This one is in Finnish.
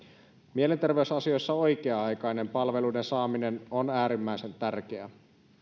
mielenterveysasioissa oikea aikainen palveluiden saaminen on äärimmäisen tärkeää